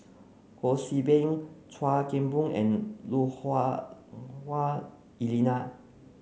Ho See Beng Chuan Keng Boon and Lui Hah Wah Elena